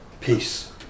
peace